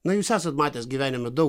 na jūs esat matęs gyvenime daug